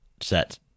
set